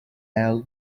our